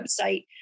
website